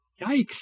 Yikes